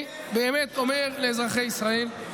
אני באמת אומר לאזרחי ישראל: